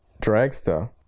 dragster